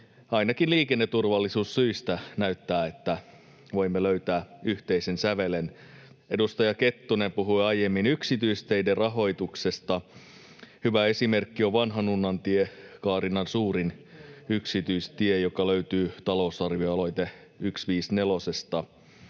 ainakin liikenneturvallisuussyistä näyttää, että voimme löytää yhteisen sävelen. Edustaja Kettunen puhui aiemmin yksityisteiden rahoituksesta. Hyvä esimerkki on Vanhanunnantie, Kaarinan suurin yksityistie, joka löytyy talousarvioaloite 154:stä.